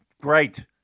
Great